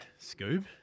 Scoob